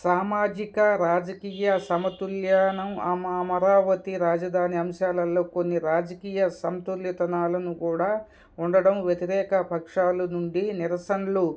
సామాజిక రాజకీయ సమతుల్యం అమమరావతి రాజధాని అంశాలలో కొన్ని రాజకీయ సమతుల్యతలను కూడా ఉండడం వ్యతిరేక పక్షాలు నుండి నిరసనలు